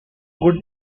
good